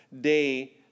day